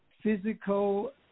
physical